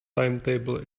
timetable